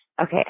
Okay